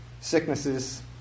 sicknesses